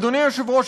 אדוני היושב-ראש,